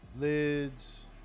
Lids